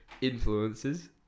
influences